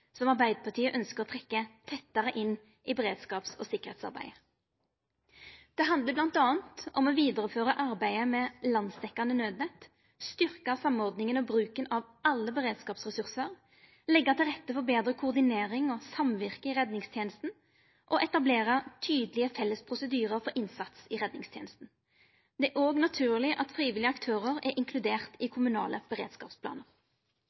som Arbeidarpartiet ønskjer å trekkja tettare inn i beredskaps- og sikkerheitsarbeidet. Det handlar bl.a. om å føra vidare arbeidet med landsdekkjande nødnett, styrkja samordninga og bruken av alle beredskapsressursar, leggja til rette for betre koordinering av samvirket i redningstenesta og etablera tydelege, felles prosedyrar for innsats i redningstenesta. Det er òg naturleg at frivillige aktørar er inkluderte i kommunale beredskapsplanar.